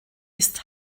ist